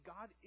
God